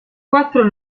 quattro